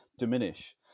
diminish